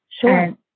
sure